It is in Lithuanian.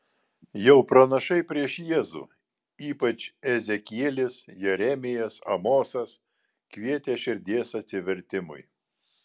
jau pranašai prieš jėzų ypač ezekielis jeremijas amosas kvietė širdies atsivertimui